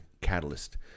Catalyst